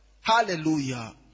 Hallelujah